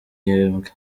gihembwe